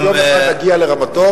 שיום אחד נגיע לרמתו,